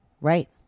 Right